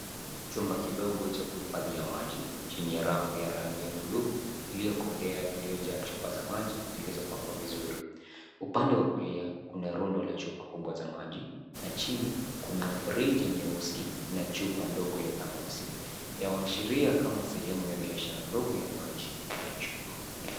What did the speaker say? Chumba kidogo cha kuhifadhia maji, chini ya rafu ya blue , iliokolea iliyojaa chupa za maji zilizopangwa vizuri. Upande wa kulia, kuna rundo la chupa kubwa za maji, na chini, kuna friji nyeusi, na chupa ndogo ya thermosi , yawashiria kama sehemu ya biashara ndogo ya maji, na chupa.